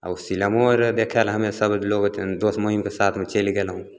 आओर ओ सिनेमो आओर देखैले हमे सभलोक दोस्त महिमके साथमे चलि गेलहुँ